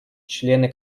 члены